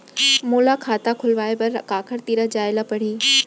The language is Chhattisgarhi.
मोला खाता खोलवाय बर काखर तिरा जाय ल परही?